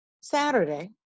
Saturday